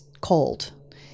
cold